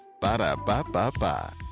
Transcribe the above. Ba-da-ba-ba-ba